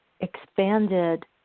expanded